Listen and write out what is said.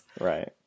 Right